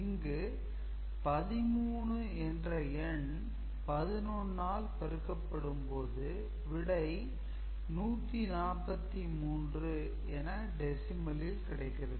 இங்கு 13 என்ற எண் 11 ஆல் பெருக்கப்படும் போது விடை 143 என டெசிமல் கிடைக்கிறது